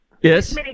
Yes